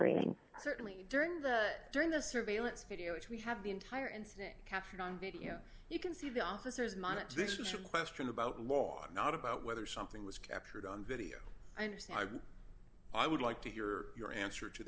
brink certainly during the during the surveillance video which we have the entire incident captured on video you can see the officers monitor this is a question about law not about whether something was captured on video and i would like to hear your answer to